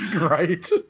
Right